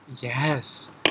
Yes